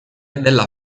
della